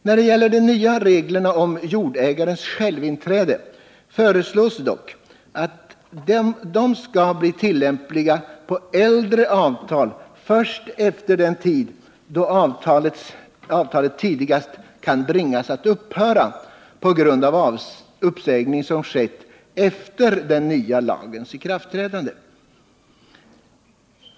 När det gäller de nya reglerna om jordägarens självinträde föreslås dock att de skall bli tillämpliga på äldre avtal först efter den tid då avtalet tidigast kan bringas att upphöra på grund av uppsägning som sker efter den nya lagens ikraftträdande.